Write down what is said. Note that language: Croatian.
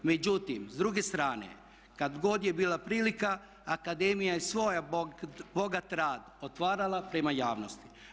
Međutim, s druge strane kada god je bila prilika akademija je svoj bogat rad otvarala prema javnosti.